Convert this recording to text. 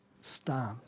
stand